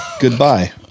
Goodbye